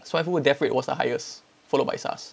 swine flu death rate was the highest followeed by SARS